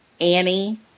Annie